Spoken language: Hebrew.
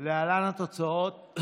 להלן התוצאות: